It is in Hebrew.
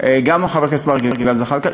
גם חבר הכנסת מרגי וגם זחאלקה,